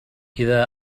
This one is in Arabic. إذا